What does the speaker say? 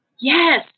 Yes